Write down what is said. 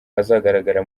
azagaragara